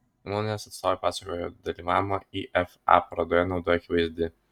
įmonės atstovai pasakoja jog dalyvavimo ifa parodoje nauda akivaizdi